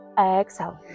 exhale